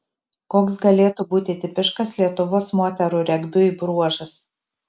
koks galėtų būti tipiškas lietuvos moterų regbiui bruožas